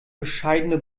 bescheidene